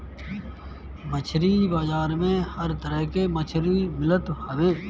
मछरी बाजार में हर तरह के मछरी मिलत हवे